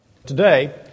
Today